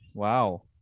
Wow